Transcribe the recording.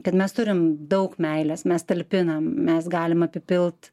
kad mes turime daug meilės mes talpinam mes galime apipilt